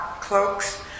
cloaks